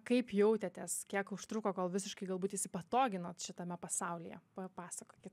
kaip jautėtės kiek užtruko kol visiškai galbūt įsipatoginot šitame pasaulyje papasakokit